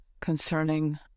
concerning